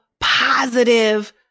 positive